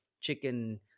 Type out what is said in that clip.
chicken